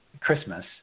Christmas